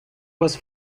was